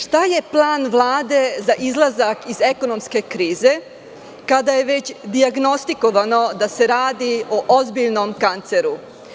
Šta je plan Vlade za izlazak iz ekonomske krize, kada je već dijagnostikovano da se radi o ozbiljnom kanceru?